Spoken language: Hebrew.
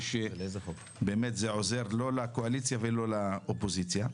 לא לקואליציה ולא לאופוזיציה.